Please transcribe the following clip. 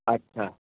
अच्छा